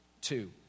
Two